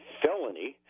felony